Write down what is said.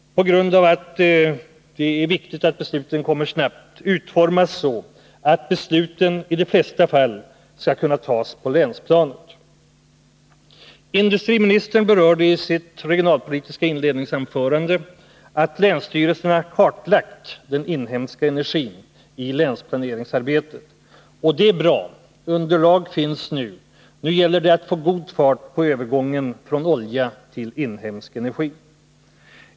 På grund av att det är viktigt att besluten fattas snabbt borde reglerna utformas så, att besluten i de flesta fall kan fattas på länsplanet. Industriministern berörde i sitt inledningsanförande att länsstyrelserna kartlagt den inhemska energin i länsplaneringsarbetet. Det är bra — underlag finns. Nu gäller det att få god fart på övergången från olja till inhemsk energi.